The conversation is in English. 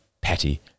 petty